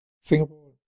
Singapore